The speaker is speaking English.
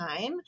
time